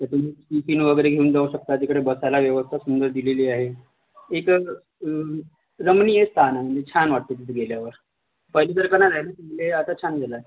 तर तुम्ही टिफिन वगैरे घेऊन जाऊ शकता तिकडं बसायला व्यवस्था सुंदर दिलेली आहे एक रमणीय स्थान आहे म्हणजे छान वाटते तिथे गेल्यावर पहिल्यासारखं नाही राहिलं तिथे आता छान झालं आहे